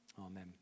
Amen